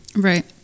Right